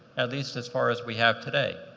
at least as far as we have today.